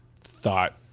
thought